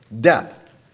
Death